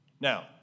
Now